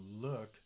look